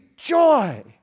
Joy